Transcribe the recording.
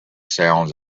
sounds